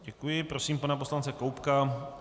Děkuji a prosím pana poslance Koubka.